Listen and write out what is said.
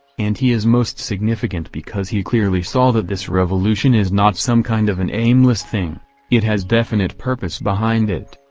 and he is most significant because he clearly saw that this revolution is not some kind of an aimless thing it has definite purpose behind it.